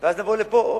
ואז נבוא לפה,